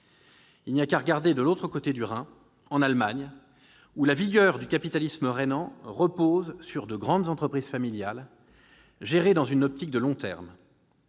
Il n'y a qu'à regarder de l'autre côté du Rhin, en Allemagne, où la vigueur du « capitalisme rhénan » repose sur de grandes entreprises familiales, gérées dans une optique de long terme.